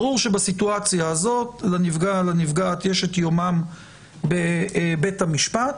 ברור שבסיטואציה הזאת יש לנפגע או לנפגעת את יומם בבית המשפט,